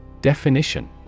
Definition